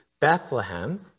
Bethlehem